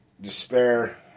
despair